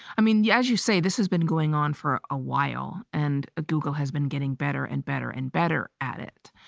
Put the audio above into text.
i mean, yeah as you say, this has been going on for a while and google has been getting better and better and better at it.